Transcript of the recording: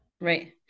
Right